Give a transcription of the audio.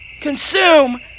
Consume